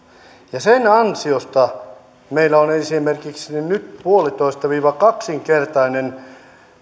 ja sen ansiosta meillä on esimerkiksi nyt puolitoista kaksinkertainen